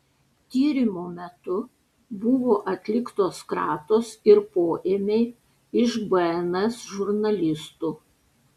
tyrimo metu buvo atliktos kratos ir poėmiai iš bns žurnalistų